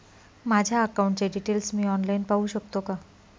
माझ्या अकाउंटचे डिटेल्स मी ऑनलाईन पाहू शकतो का?